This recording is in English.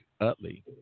Utley